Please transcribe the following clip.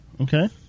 Okay